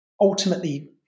ultimately